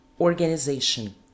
Organization